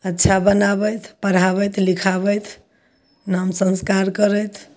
अच्छा बनाबैथ पढ़ाबैथि लिखाबैथ नाम संस्कार करैथि